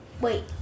Wait